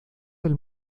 del